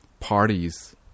parties